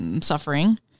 suffering